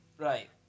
right